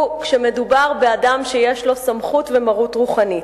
הוא כשמדובר באדם שיש לו סמכות ומרות רוחנית,